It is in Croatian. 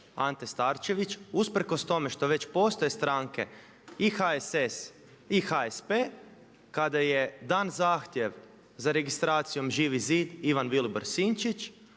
Ante Starčević usprkos tome što već postoje stranke i HSS i HSP. Kada je dan zahtjev za registracijom ŽIVI ZID Ivan Vilibor Sinčić